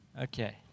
Okay